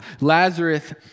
Lazarus